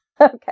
Okay